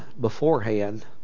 beforehand